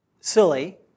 silly